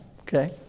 Okay